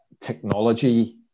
technology